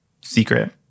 secret